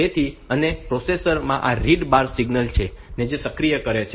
તેથી અને પ્રોસેસર આ રીડ બાર સિગ્નલ ને સક્રિય કરે છે